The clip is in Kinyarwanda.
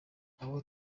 aha